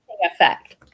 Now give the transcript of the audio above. effect